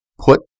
put